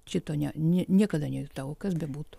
šito ne ne niekada nejutau kas bebūtų